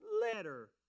letter